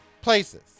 places